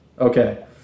Okay